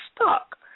stuck